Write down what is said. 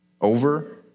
over